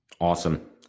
Awesome